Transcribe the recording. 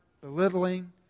belittling